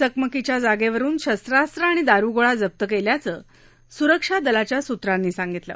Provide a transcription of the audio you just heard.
चकमकीच्या जागद्कुन शस्त्रास्त्र आणि दारुगोळा जप्त कल्पाचं सुरक्षा दलाच्या सूत्रांनी सांगितलं